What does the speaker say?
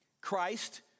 Christ